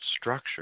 structure